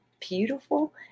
beautiful